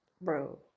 bro